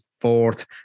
fourth